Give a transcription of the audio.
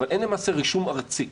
אבל אין למעשה רישום ארצי